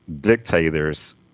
dictators